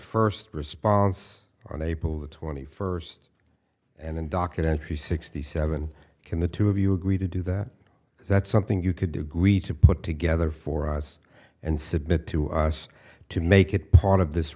first response on april the twenty first and then docket entry sixty seven can the two of you agree to do that is that something you could do greta put together for us and submit to us to make it part of this